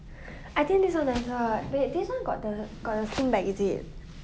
I think this [one] better right wait this [one] got the got the sling bag is it